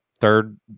third